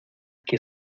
que